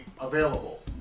available